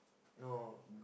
no